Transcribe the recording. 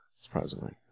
surprisingly